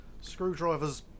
Screwdriver's